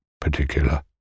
particular